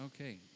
Okay